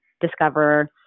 discover